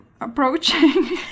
approaching